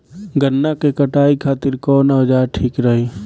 गन्ना के कटाई खातिर कवन औजार ठीक रही?